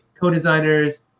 co-designers